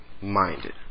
minded